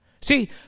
See